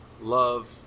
love